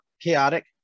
chaotic